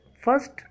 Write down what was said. first